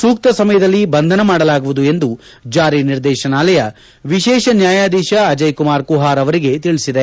ಸೂತ್ತ ಸಮಯದಲ್ಲಿ ಬಂಧನ ಮಾಡಲಾಗುವುದು ಎಂದು ಜಾರಿ ನಿರ್ದೇಶನಾಲಯ ವಿಶೇಷ ನ್ವಾಯಾಧೀಶ ಅಜಯ್ಕುಮಾರ್ ಕುಹಾರ್ ಅವರಿಗೆ ತಿಳಿಸಿದೆ